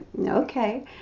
okay